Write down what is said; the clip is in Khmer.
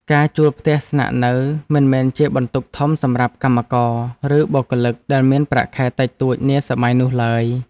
ការជួលផ្ទះស្នាក់នៅមិនមែនជាបន្ទុកធំសម្រាប់កម្មករ ឬបុគ្គលិកដែលមានប្រាក់ខែតិចតួចនាសម័យនោះឡើយ។